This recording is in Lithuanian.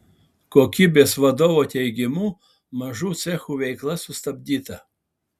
kokybės vadovo teigimu mažų cechų veikla sustabdyta